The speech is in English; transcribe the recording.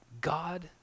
God